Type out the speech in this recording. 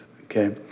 okay